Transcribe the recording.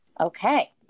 Okay